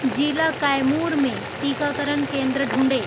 जिला कैमूर में टीकाकरण केंद्र ढूँढें